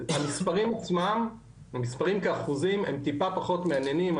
המספרים עצמם, כאחוזים, הם טיפה פחות מעניינים.